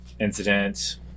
incident